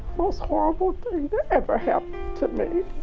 most horrible thing that ever happened to me.